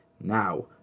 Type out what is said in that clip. Now